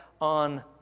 on